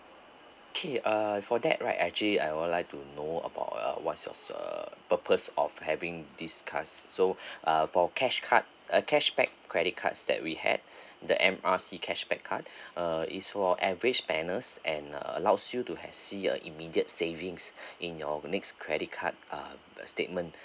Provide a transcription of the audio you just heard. okay uh for that right actually I would like to know about what was uh purpose of having this card so uh for cash card uh cashback credit cards that we had the M_R_C cashback card uh is for average banners and uh allows you to have see uh immediate savings in your next credit card uh the statement